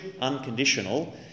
unconditional